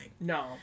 No